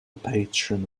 patron